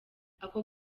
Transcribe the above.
ako